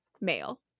male